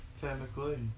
technically